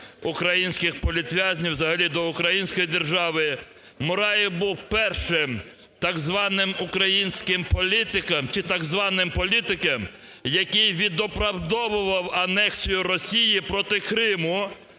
українських політв'язнів і взагалі до української держави. Мураєв був першим так званим українським політиком, чи так званим політиком, який відоправдовував анексію Росії проти Криму,